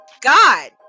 God